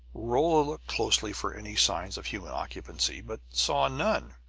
rolla looked closely for any signs of human occupancy, but saw none.